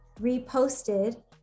reposted